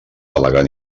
elegant